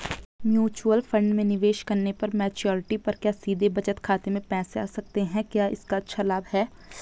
Mutual fund में निवेश करने पर मैच्योरिटी पर क्या सीधे बचत खाते में पैसे आ सकते हैं क्या इसका अच्छा लाभ है?